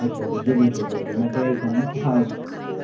अच्छा अच्छा जी बिल्कुल बिल्कुल मैं तो यही कहूँगा कि हाँ एक